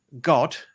God